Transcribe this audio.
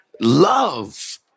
Love